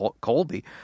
Colby